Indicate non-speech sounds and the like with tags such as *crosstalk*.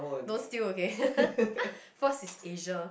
don't steal okay *laughs* first is Asia